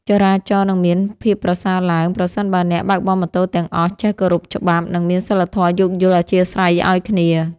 ចរាចរណ៍នឹងមានភាពប្រសើរឡើងប្រសិនបើអ្នកបើកបរម៉ូតូទាំងអស់ចេះគោរពច្បាប់និងមានសីលធម៌យោគយល់អធ្យាស្រ័យឱ្យគ្នា។